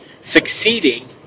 succeeding